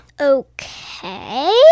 Okay